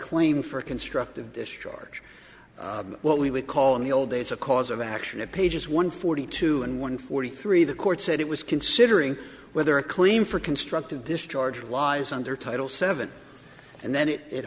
claim for constructive discharge what we would call in the old days a cause of action of pages one forty two and one forty three the court said it was considering whether a claim for constructive discharge lies under title seven and then it it